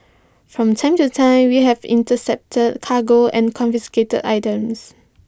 from time to time we have intercepted cargo and confiscated items